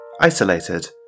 isolated